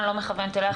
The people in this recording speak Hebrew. אני לא מכוונת אלייך,